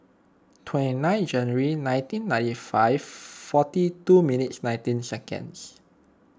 twenty nine January nineteen ninety five forty two minutes nineteen seconds